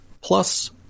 plus